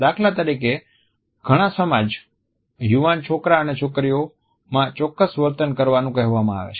દાખલા તરીકે ઘણા સમાજ યુવાન છોકરા અને છોકરીઓમાં ચોક્કસ વર્તન કરવાનું કહેવામાં આવે છે